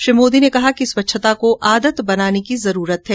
श्री मोदी ने कहा कि स्वच्छता को आदत बनाने की जरूरत है